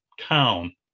town